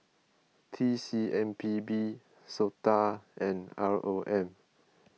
T C M P B Sota and R O M